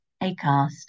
Acast